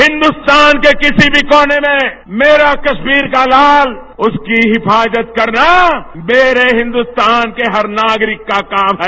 हिन्दुस्तान के किसी भी कोने में मेरा कस्मीर का लाल उसकी हिफाजत करना मेरे हिन्दुस्तान के हर नागरिक का काम है